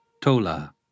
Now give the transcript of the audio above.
Tola